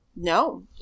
No